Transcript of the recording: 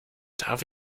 darf